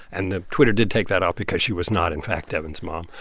and the twitter did take that out because she was not, in fact, devin's mom.